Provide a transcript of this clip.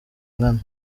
nkana